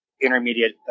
intermediate